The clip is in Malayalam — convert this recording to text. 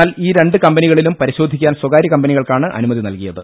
എന്നാൽ ഈ രണ്ട് കമ്പനികളിലും പരിശോധിക്കാൻ സ്വകാര്യ കമ്പനികൾക്കാണ് അനുമതി നൽകിയത്